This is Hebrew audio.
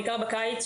בעיקר בקיץ,